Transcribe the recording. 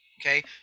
okay